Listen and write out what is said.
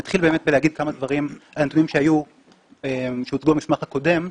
אני אתחיל להגיד כמה דברים על הנתונים שהוצגו במסמך הקודם,